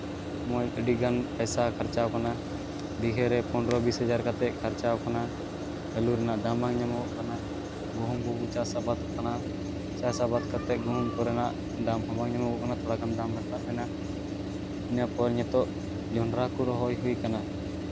ᱱᱚᱜᱼᱚᱸᱭ ᱟᱹᱰᱤᱜᱟᱱ ᱯᱚᱭᱥᱟ ᱠᱷᱚᱨᱪᱟᱣ ᱠᱟᱱᱟ ᱵᱤᱜᱷᱟᱹᱨᱮ ᱯᱚᱱᱨᱚ ᱵᱤᱥ ᱦᱟᱡᱟᱨ ᱠᱟᱛᱮᱫ ᱠᱷᱚᱨᱪᱟᱣ ᱠᱟᱱᱟ ᱟᱹᱞᱩ ᱨᱮᱱᱟᱜ ᱫᱟᱢ ᱵᱟᱝ ᱧᱟᱢᱚᱜᱚᱜ ᱠᱟᱱᱟ ᱜᱚᱦᱩᱢ ᱠᱚᱠᱚ ᱪᱟᱥ ᱟᱵᱟᱫᱚᱜ ᱠᱟᱱᱟ ᱪᱟᱥ ᱟᱵᱟᱫ ᱠᱟᱛᱮᱫ ᱜᱚᱦᱩᱢ ᱠᱚᱨᱮᱱᱟᱜ ᱫᱟᱢ ᱦᱚᱸᱵᱟᱝ ᱧᱟᱢᱚᱜᱚᱜ ᱠᱟᱱᱟ ᱛᱷᱚᱲᱟᱜᱟᱱ ᱫᱟᱢ ᱨᱟᱠᱟᱵ ᱮᱱᱟ ᱤᱱᱟᱹᱯᱚᱨ ᱱᱤᱛᱚᱜ ᱡᱚᱸᱰᱨᱟ ᱠᱚ ᱨᱚᱦᱚᱭ ᱦᱩᱭ ᱠᱟᱱᱟ